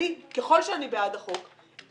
ככל שאני בעד החוק,